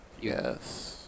yes